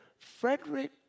Frederick